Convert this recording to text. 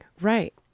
Right